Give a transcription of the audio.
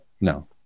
No